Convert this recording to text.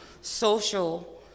social